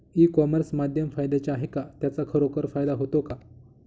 E commerce माध्यम फायद्याचे आहे का? त्याचा खरोखर फायदा होतो का?